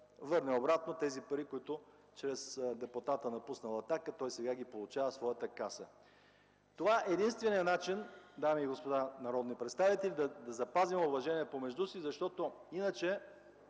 върне обратно тези пари, които чрез депутата, напуснал „Атака”, той сега получава в своята каса. Това е единственият начин, дами и господа народни представители, да запазим уважение помежду си. Защото иначе